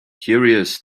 curious